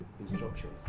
instructions